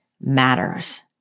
matters